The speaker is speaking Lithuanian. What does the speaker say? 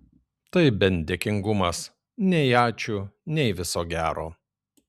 tai bent dėkingumas nei ačiū nei viso gero